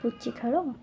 ପୁଚି ଖେଳ